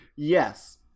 Yes